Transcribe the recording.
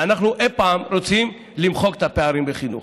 אנחנו אי פעם נרצה למחוק את הפערים בחינוך.